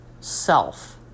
self